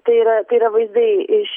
tai yra tai yra vaizdai iš